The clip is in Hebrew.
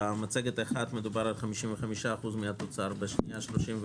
באחת מדובר על 55% מהתוצר, בשנייה 34,